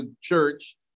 church